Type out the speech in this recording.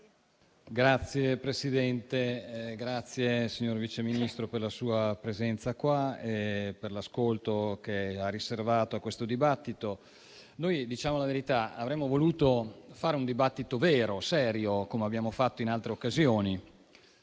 Signor Presidente, ringrazio il Vice Ministro per la sua presenza qui in Aula e per l'ascolto che ha riservato al dibattito. Diciamo la verità: noi avremmo voluto fare un dibattito vero e serio, come abbiamo fatto in altre occasioni.